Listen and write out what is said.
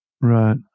Right